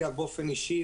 באופן אישי,